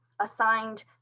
assigned